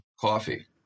coffee